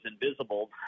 invisible